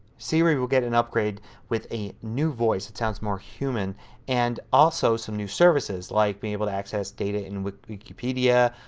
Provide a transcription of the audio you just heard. siri will get an upgrade with a new voice that sounds more human and also some new services like being able to access data in wikipedia,